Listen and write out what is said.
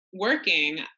working